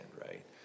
right